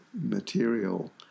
material